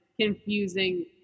confusing